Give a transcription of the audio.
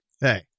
Hey